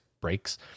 breaks